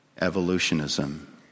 evolutionism